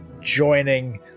joining